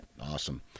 Awesome